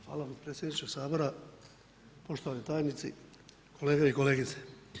Hvala vam potpredsjedniče Sabora, poštovani tajnici, kolege i kolegice.